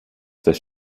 des